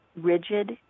rigid